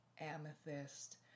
amethyst